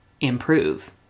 improve